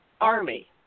army